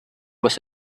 was